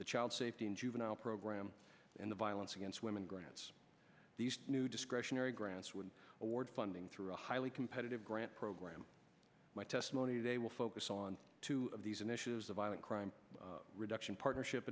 the child safety and juvenile program and the violence against women grants these new discretionary grants would award funding through a highly competitive grant program my testimony they will focus on two of these initiatives the violent crime reduction partnership